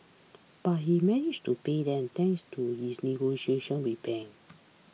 but he managed to pay them thanks to his negotiations with banks